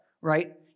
right